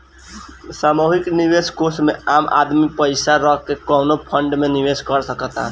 सामूहिक निवेश कोष में आम आदमी पइसा रख के कवनो फंड में निवेश कर सकता